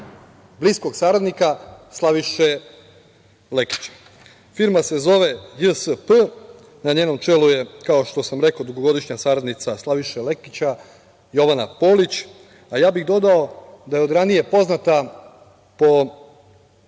bliskog saradnika Slaviše Lekića. Firma se zove JSP. Na njenom čelu je, kao što sam rekao, dugogodišnja saradnica Slaviše Lekića, Jovana Polić. Dodao bih da je od ranije poznata po raznim